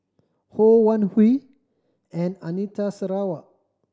Ho Wan Hui and Anita Sarawak